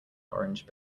orange